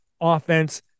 offense